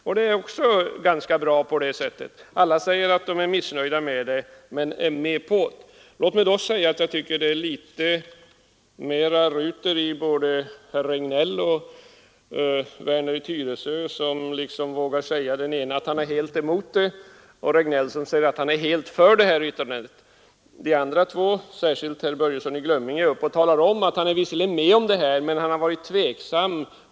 Också det förhållandet är ganska positivt, eftersom alla som säger detta ändå vill godkänna avtalet. Jag tycker ändå att det är mera ruter i både herr Werner i Tyresö och herr Regnéll. Herr Werner i Tyresö vågar säga att han är helt emot avtalet medan herr Regnéll säger att han är för det. Av de två andra talarna anför herr Börjesson i Glömminge att han visserligen vill godkänna avtalet men att han varit tveksam.